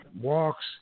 walks